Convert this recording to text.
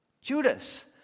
Judas